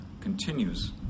continues